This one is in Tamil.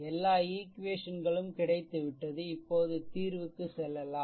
எல்லா ஈக்வேஷன்களும் கிடைத்துவிட்டது இப்போது தீர்வுக்கு செல்லலாம்